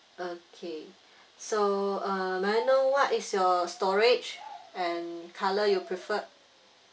okay so uh may I know what is your storage and colour you preferred